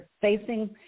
facing